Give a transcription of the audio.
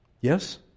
Yes